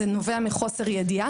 זה נובע מחוסר ידיעה.